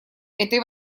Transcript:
этой